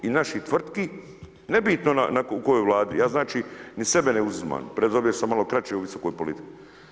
I naši tvrtki, nebitno u kojoj vladi, ja znači ni sebe ne uzimam, premda sam malo kraće u visokoj politici.